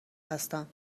هستم